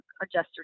adjusters